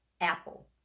Apple